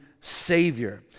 savior